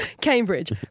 Cambridge